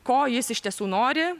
ko jis iš tiesų nori